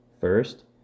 First